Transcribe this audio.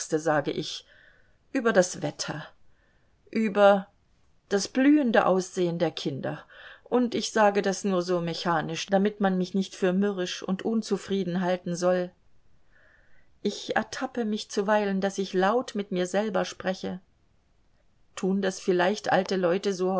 sage ich über das wetter über das blühende aussehen der kinder und ich sage das nur so mechanisch damit man mich nicht für mürrisch und unzufrieden halten soll ich ertappe mich zuweilen daß ich laut mit mir selber spreche tun das vielleicht alte leute so